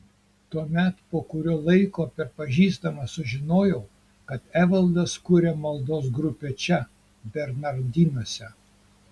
tuomet po kurio laiko per pažįstamą sužinojau kad evaldas kuria maldos grupę čia bernardinuose